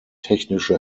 technische